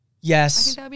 Yes